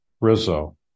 Rizzo